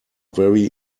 very